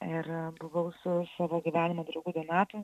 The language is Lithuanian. ir buvau su savo gyvenimo draugu donatu